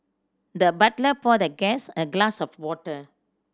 the butler poured the guest a glass of water